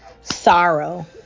Sorrow